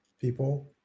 people